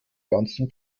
ganzen